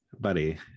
buddy